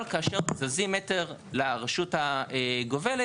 אבל כאשר זזים מטר לרשות הגובלת,